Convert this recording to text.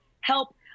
help